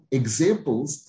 examples